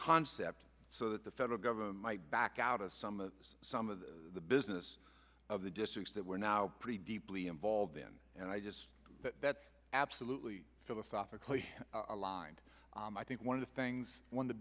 concept so that the federal government might back out of some of those some of the business of the districts that we're now pretty deeply involved in and i just absolutely philosophically aligned i think one of the things when the